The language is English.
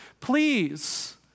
please